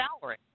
salary